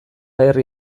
herri